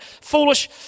foolish